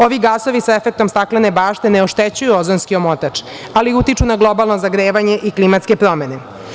Ovi gasovi sa efektom staklene bašte ne oštećuju ozonski omotač, ali utiču na globalno zagrevanje i klimatske promene.